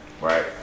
right